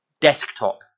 desktop